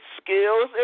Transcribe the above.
skills